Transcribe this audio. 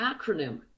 acronym